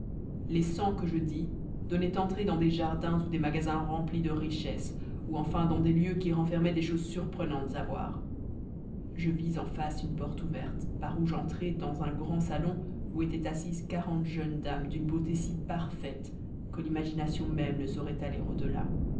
les cent que je dis donnaient entrée dans des jardins ou des magasins remplis de richesses ou enfin dans des lieux qui renfermaient des choses surprenantes à voir je vis en face une porte ouverte par où j'entrai dans un grand salon où étaient assises quarante jeunes dames d'une beauté si parfaite que l'imagination même ne saurait aller